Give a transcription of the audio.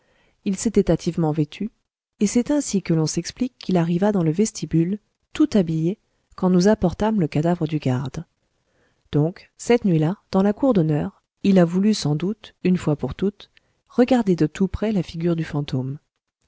il s'était hâtivement vêtu et c'est ainsi que l'on s'explique qu'il arriva dans le vestibule tout habillé quand nous apportâmes le cadavre du garde donc cette nuit-là dans la cour d'honneur il a voulu sans doute une fois pour toutes regarder de tout près la figure du fantôme